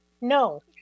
no